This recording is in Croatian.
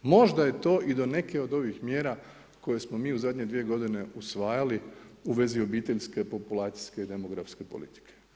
Možda je to i do neke od ovih mjera, koje smo mi u zadnje 2 g. usvajali u vezi obiteljske populacijske i demografske politike.